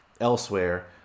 elsewhere